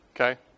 Okay